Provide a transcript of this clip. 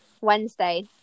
Wednesday